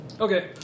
Okay